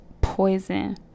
poison